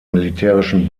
militärischen